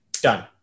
done